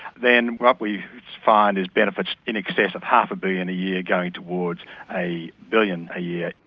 then what we find is benefits in excess of half a billion a year going towards a billion a year.